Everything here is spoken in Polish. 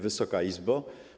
Wysoka Izbo!